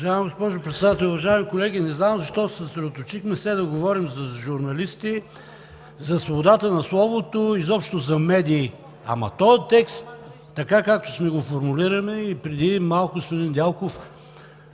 Уважаема госпожо Председател, уважаеми колеги! Не знам защо се съсредоточихме и все говорим за журналисти, за свободата на словото, изобщо за медии. Ама този текст, така както сме го формулирали, и преди малко господин Недялков